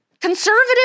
conservative